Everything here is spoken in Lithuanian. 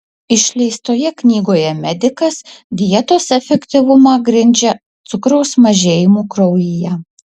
išleistoje knygoje medikas dietos efektyvumą grindžia cukraus sumažėjimu kraujyje